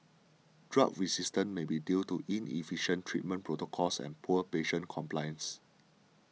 drug resistance may be due to inefficient treatment protocols and poor patient compliance